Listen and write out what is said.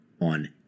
on